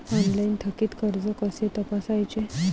Online थकीत कर्ज कसे तपासायचे?